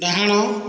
ଡାହାଣ